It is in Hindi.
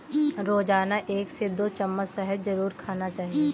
रोजाना एक से दो चम्मच शहद जरुर खाना चाहिए